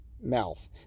mouth